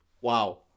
Wow